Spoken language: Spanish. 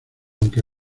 aunque